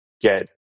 get